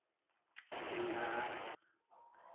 ᱵᱮᱸᱜᱟᱲ